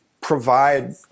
provide